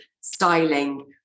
styling